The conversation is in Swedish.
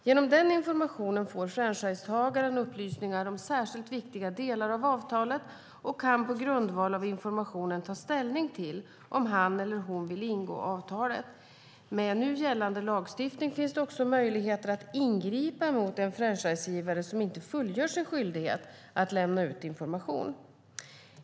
Genom den informationen får franchisetagaren upplysningar om särskilt viktiga delar av avtalet och kan på grundval av informationen ta ställning till om han eller hon vill ingå avtalet. Med nu gällande lagstiftning finns det också möjligheter att ingripa mot en franchisegivare som inte fullgör sin skyldighet att lämna ut information.